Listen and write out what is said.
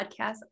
Podcast